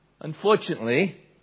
Unfortunately